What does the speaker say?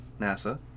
NASA